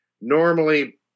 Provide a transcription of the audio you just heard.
Normally